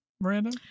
Miranda